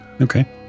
Okay